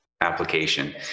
application